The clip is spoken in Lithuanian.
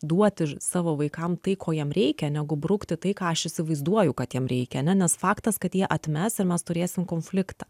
duoti savo vaikam tai ko jiem reikia negu brukti tai ką aš įsivaizduoju kad jiem reikia ane nes faktas kad jie atmes ir mes turėsim konfliktą